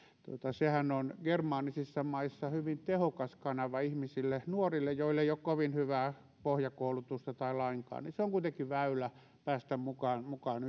sehän on germaanisissa maissa hyvin tehokas kanava ihmisille nuorille joilla ei ole kovin hyvää pohjakoulutusta tai koulutusta lainkaan se on kuitenkin väylä päästä mukaan mukaan